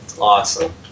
awesome